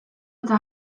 eta